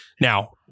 Now